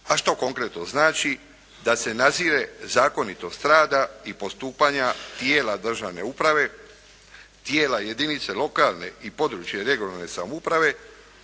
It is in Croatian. a što konkretno znači da se nadzire zakonitost rada i postupanja tijela državne uprave, tijela jedinica lokalne i područne, regionalne samouprave,